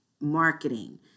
marketing